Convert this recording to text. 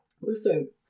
listen